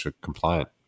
compliant